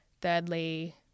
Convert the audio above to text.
thirdly